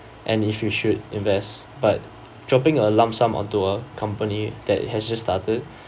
and if you should invest but dropping a lump sum onto a company that has just started